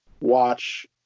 watch